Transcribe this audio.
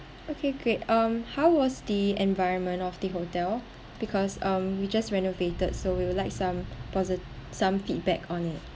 okay great um how was the environment of the hotel because um we just renovated so we would like some posi~ some feedback on it